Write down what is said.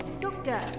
Doctor